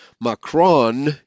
Macron